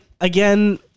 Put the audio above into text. Again